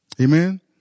Amen